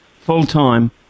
full-time